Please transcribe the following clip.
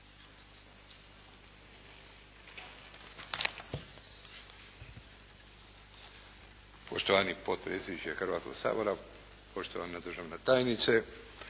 Poštovani potpredsjedniče Hrvatskog sabora, poštovana državna tajnice,